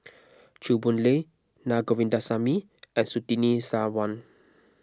Chew Boon Lay Na Govindasamy and Surtini Sarwan